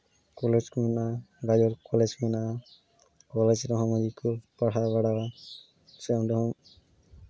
college ᱠᱚ ᱢᱮᱱᱟᱜᱼᱟ Gajol college ᱢᱮᱱᱟᱜᱼᱟ ᱠᱚᱞᱮᱡᱽ ᱨᱮᱦᱚᱸ ᱢᱚᱡᱽ ᱜᱮᱠᱚ ᱯᱟᱲᱦᱟᱣ ᱵᱟᱲᱟᱜᱼᱟ ᱥᱮ ᱚᱸᱰᱮ ᱦᱚᱸ